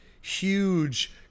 huge